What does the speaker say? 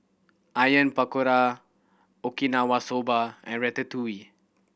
Onion Pakora Okinawa Soba and Ratatouille